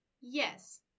Yes